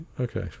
Okay